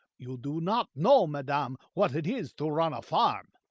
you do not know, madam, what it is to run a farm.